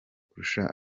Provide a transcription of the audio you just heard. kurusha